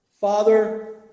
father